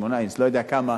לא יודע כמה,